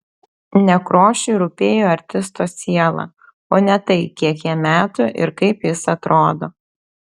nekrošiui rūpėjo artisto siela o ne tai kiek jam metų ir kaip jis atrodo